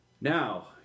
Now